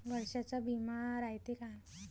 वर्षाचा बिमा रायते का?